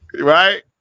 Right